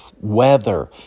weather